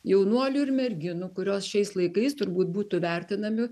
jaunuolių ir merginų kurios šiais laikais turbūt būtų vertinami